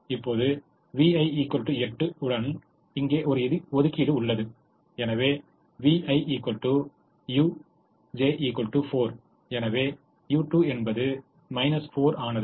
இப்போது v1 8 உடன் இங்கே ஒரு ஒதுக்கீடு உள்ளது எனவே v1 u2 4 எனவே u2 என்பது 4 ஆனது